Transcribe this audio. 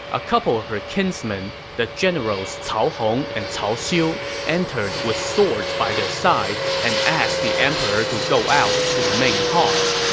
a couple of her kinsmen, the generals cao hong and cao xiu, entered with swords by their sides and asked the emperor to go out to the main hall.